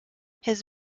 his